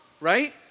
right